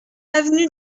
avenue